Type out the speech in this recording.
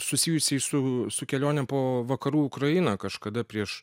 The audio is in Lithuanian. susijusį su su kelione po vakarų ukrainą kažkada prieš